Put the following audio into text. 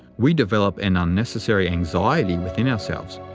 we develop an unnecessary anxiety within ourselves,